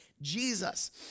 Jesus